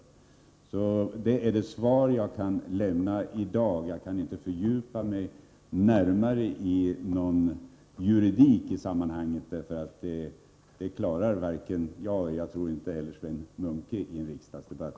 Det är det svar jag kan lämna i dag. Jag kan inte fördjupa mig närmare i någon juridik i sammanhanget. Jag tror nämligen inte att vare sig jag eller Sven Munke klarar det i en riksdagsdebatt.